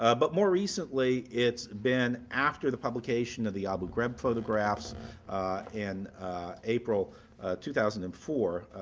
ah but more recently, it's been after the publication of the abu ghraib photographs in april two thousand and four.